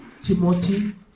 Timothy